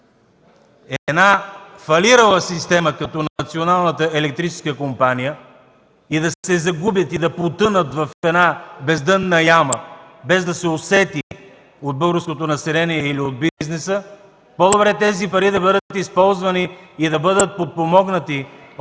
една фалирала система като Националната електрическа компания и да се загубят, и да потънат в една бездънна яма, без да се усети от българското население или от бизнеса, по-добре да бъдат използвани и да бъдат подпомогнати